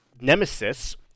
Nemesis